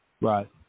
Right